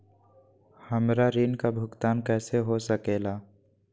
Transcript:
हमरा ऋण का भुगतान कैसे हो सके ला?